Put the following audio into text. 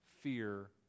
fear